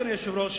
אדוני היושב-ראש,